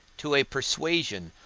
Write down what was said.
to a persuasion,